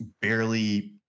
barely